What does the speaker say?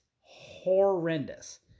horrendous